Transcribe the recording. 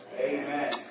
Amen